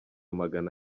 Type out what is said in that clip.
magana